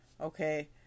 Okay